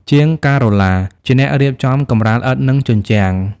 ជាងការ៉ូឡាជាអ្នករៀបចំកម្រាលឥដ្ឋនិងជញ្ជាំង។